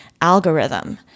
algorithm